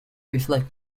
reflect